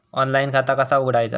Online खाता कसा उघडायचा?